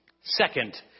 Second